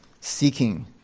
seeking